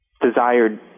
desired